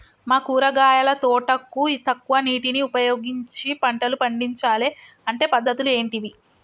మా కూరగాయల తోటకు తక్కువ నీటిని ఉపయోగించి పంటలు పండించాలే అంటే పద్ధతులు ఏంటివి?